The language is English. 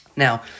Now